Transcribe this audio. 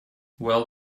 well